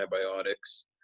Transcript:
antibiotics